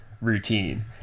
routine